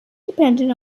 depending